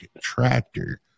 tractor